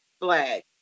flag